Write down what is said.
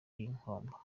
nkombo